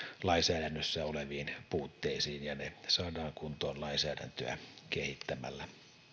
lainsäädännössä oleviin puutteisiin ja ne saadaan kuntoon lainsäädäntöä kehittämällä